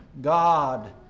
God